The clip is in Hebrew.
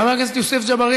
חברת הכנסת חנין זועבי,